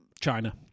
China